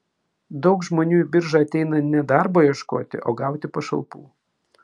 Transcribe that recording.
daug žmonių į biržą ateina ne darbo ieškoti o gauti pašalpų